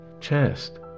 chest